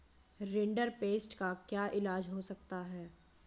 rinderpest का क्या इलाज हो सकता है